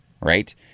right